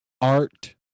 art